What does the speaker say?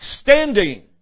Standing